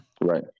Right